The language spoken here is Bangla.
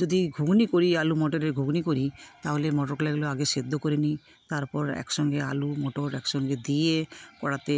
যদি ঘুগনি করি আলু মটরের ঘুগনি করি তাহলে মটরগুলো আগে সেদ্ধ করে নিই তারপর একসঙ্গে আলু মটর একসঙ্গে দিয়ে কড়াতে